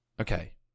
Okay